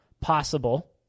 possible